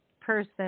person